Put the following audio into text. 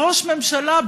ראש הממשלה,